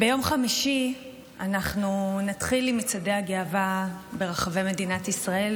ביום חמישי אנחנו נתחיל עם מצעדי הגאווה ברחבי מדינת ישראל,